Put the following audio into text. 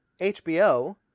HBO